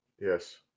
Yes